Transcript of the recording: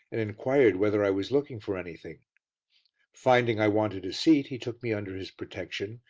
and inquired whether i was looking for anything finding i wanted a seat he took me under his protection,